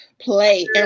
play